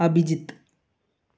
Abhijith